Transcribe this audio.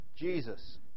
Jesus